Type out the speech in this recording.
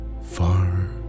far